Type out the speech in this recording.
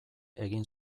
egin